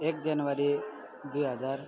एक जनवरी दुई हजार